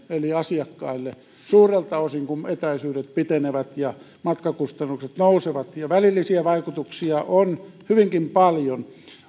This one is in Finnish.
eli asiakkaille kun etäisyydet pitenevät ja matkakustannukset nousevat ja välillisiä vaikutuksia on hyvinkin paljon